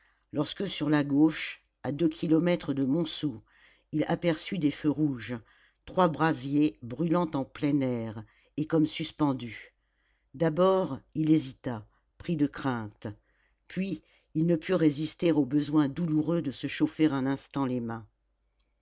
lorsque sur la gauche à deux kilomètres de montsou il aperçut des feux rouges trois brasiers brûlant au plein air et comme suspendus d'abord il hésita pris de crainte puis il ne put résister au besoin douloureux de se chauffer un instant les mains